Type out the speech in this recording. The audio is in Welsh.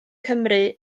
cymru